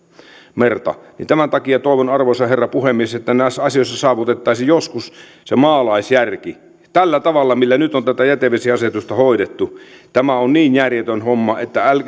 merta tämän takia toivon arvoisa herra puhemies että näissä asioissa saavutettaisiin joskus se maalaisjärki tällä tavalla millä nyt on tätä jätevesiasetusta hoidettu tämä on niin järjetön homma että